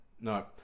No